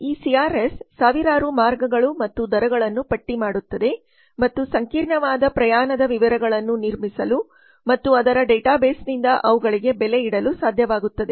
ಈ ಸಿಆರ್ಎಸ್ ಸಾವಿರಾರು ಮಾರ್ಗಗಳು ಮತ್ತು ದರಗಳನ್ನು ಪಟ್ಟಿ ಮಾಡುತ್ತದೆ ಮತ್ತು ಸಂಕೀರ್ಣವಾದ ಪ್ರಯಾಣದ ವಿವರಗಳನ್ನು ನಿರ್ಮಿಸಲು ಮತ್ತು ಅದರ ಡೇಟಾಬೇಸ್ನಿಂದ ಅವುಗಳಿಗೆ ಬೆಲೆಯಿಡಲು ಸಾಧ್ಯವಾಗುತ್ತದೆ